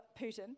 Putin